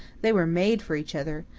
they were made for each other.